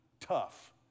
tough